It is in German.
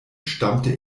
stammte